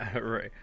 right